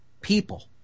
people